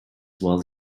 well